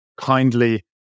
kindly